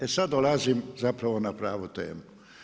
E sad dolazim zapravo na pravu temu.